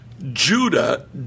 Judah